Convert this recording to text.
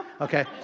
Okay